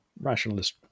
rationalist